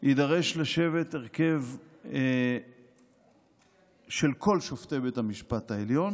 יידרש לשבת הרכב של כל שופטי בית המשפט העליון